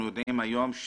אנחנו יודעים שהיום,